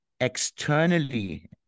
externally